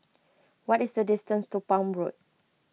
what is the distance to Palm Road